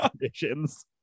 conditions